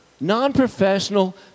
non-professional